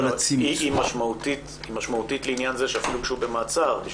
היא משמעותית לעניין זה שאפילו כשהוא במעצר לא נדרשת